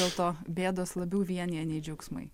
dėl to bėdos labiau vienija nei džiaugsmai